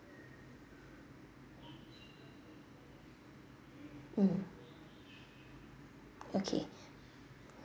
mm okay